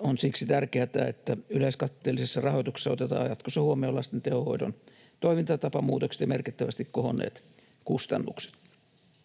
On siksi tärkeätä, että yleiskatteellisessa rahoituksessa otetaan jatkossa huomioon lasten tehohoidon toimintatapamuutokset ja merkittävästi kohonneet kustannukset.